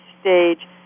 stage